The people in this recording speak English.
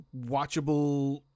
watchable